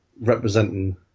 representing